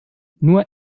nur